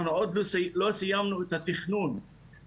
אנחנו עוד לא סיימנו את התכנון הראשוני,